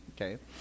okay